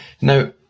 Now